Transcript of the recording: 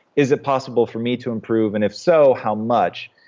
is it possible for me to improve? and if so, how much?